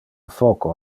foco